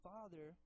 Father